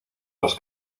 dos